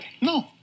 No